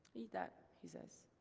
eat that he says.